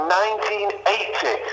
1980